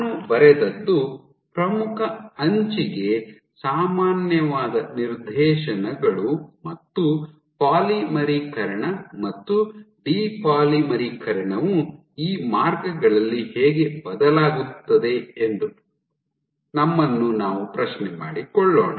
ನಾನು ಬರೆದದ್ದು ಪ್ರಮುಖ ಅಂಚಿಗೆ ಸಾಮಾನ್ಯವಾದ ನಿರ್ದೇಶನಗಳು ಮತ್ತು ಪಾಲಿಮರೀಕರಣ ಮತ್ತು ಡಿ ಪಾಲಿಮರೀಕರಣವು ಈ ಮಾರ್ಗಗಳಲ್ಲಿ ಹೇಗೆ ಬದಲಾಗುತ್ತದೆ ಎಂದು ನಮ್ಮನ್ನು ನಾವು ಪ್ರಶ್ನೆ ಮಾಡಿಕೊಳ್ಳೋಣ